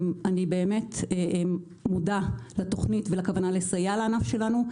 אני באמת מודה לתוכנית ולכוונה לסייע לענף שלנו,